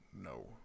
No